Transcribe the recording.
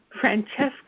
Francesca